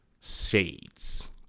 shades